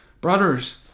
brothers